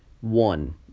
one